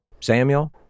samuel